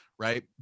Right